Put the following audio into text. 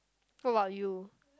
what about you